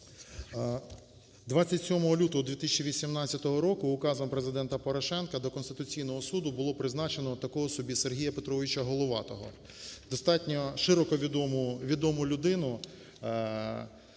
27 лютого 2018 року Указом Президента Порошенка до Конституційного Суду було призначено такого собі Сергія Петровича Головатого, достатньо широковідому, відому